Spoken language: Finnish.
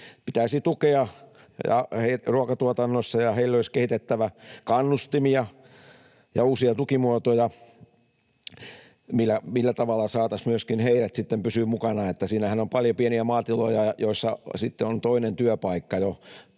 pitäisi tukea ruokatuotannossa, ja heille olisi kehitettävä kannustimia ja uusia tukimuotoja, millä tavalla saataisiin myöskin heidät pysymään mukana. Siinähän on paljon pieniä maatiloja, joissa on toinen työpaikka jo